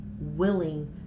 willing